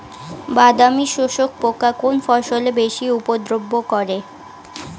বাদামি শোষক পোকা কোন ফসলে বেশি উপদ্রব করে?